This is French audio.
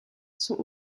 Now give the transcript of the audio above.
sont